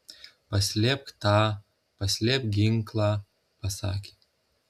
paslėpk tą paslėpk ginklą pasakė